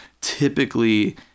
typically